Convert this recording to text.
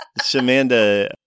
shamanda